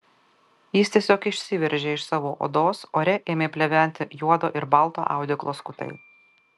jis tiesiog išsiveržė iš savo odos ore ėmė pleventi juodo ir balto audeklo skutai